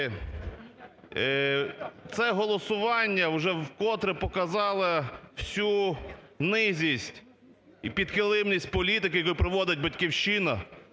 Це голосування вже вкотре показало всю низість і підкилимність політики, які проводить "Батьківщина"